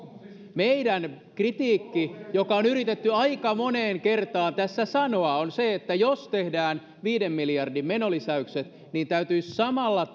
meidän kritiikkimme joka on yritetty aika moneen kertaan tässä sanoa on se että jos tehdään viiden miljardin menolisäykset niin täytyisi samalla